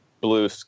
blue